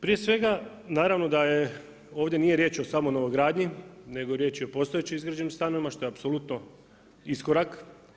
Prije svega naravno da je, ovdje nije riječ o samo novogradnji nego riječ je o postojeće izgrađenim stanovima što je apsolutno iskorak.